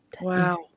Wow